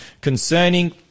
concerning